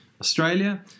Australia